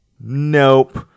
nope